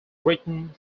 written